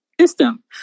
system